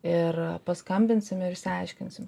ir paskambinsim ir išsiaiškinsim